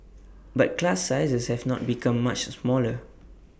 but class sizes have not become much smaller